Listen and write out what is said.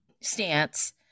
stance